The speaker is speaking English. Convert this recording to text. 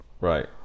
Right